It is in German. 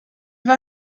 war